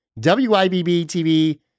WIBB-TV